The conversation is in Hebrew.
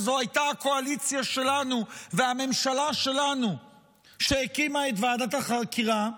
וזו הייתה הקואליציה שלנו והממשלה שלנו שהקימה את ועדת החקירה?